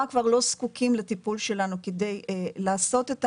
כבר לא זקוקים לטיפול שלנו כדי לעשות את העלייה.